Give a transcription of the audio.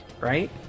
right